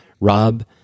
Rob